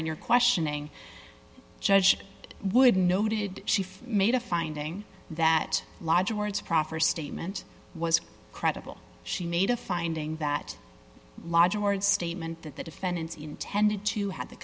in your questioning judge would noted she made a finding that lodge warrants proffer statement was credible she made a finding that logic board statement that the defendants intended to have the